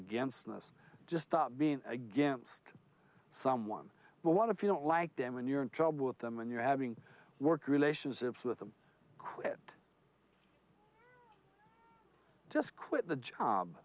against us just stop being against someone but what if you don't like them and you're in trouble with them and you're having work relationships with them quit just quit the job